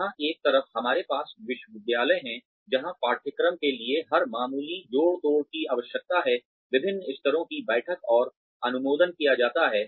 जहां एक तरफ हमारे पास विश्वविद्यालय हैं जहां पाठ्यक्रम के लिए हर मामूली जोड़ तोड़ की आवश्यकता है विभिन्न स्तरों की बैठकें और अनुमोदन किया जाता है